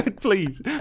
please